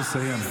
אני מבקש לסיים.